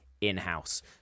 in-house